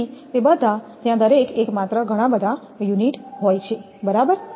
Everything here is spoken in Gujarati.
તેથી તે બધા ત્યાં દરેક એકમાત્ર ઘણા બધા એકમો હોય છે બરાબર